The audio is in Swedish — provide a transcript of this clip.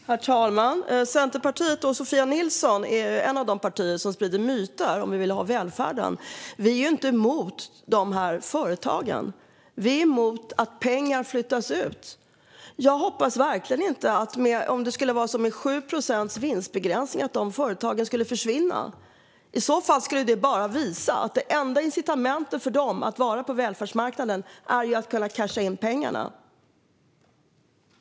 Herr talman! Centerpartiet är ett av de partier som sprider myter om hur vi vill ha välfärden. Vi är ju inte emot de här företagen. Vi är emot att pengar flyttas ut. Jag hoppas verkligen inte att 7 procents vinstbegränsning skulle göra att företagen försvann. I så fall skulle det bara visa att det enda incitamentet för dem att vara på välfärdsmarknaden är att kunna casha in pengarna.